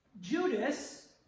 Judas